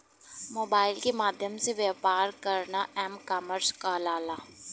mobile के माध्यम से व्यापार करना एम कॉमर्स कहलाला